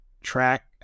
Track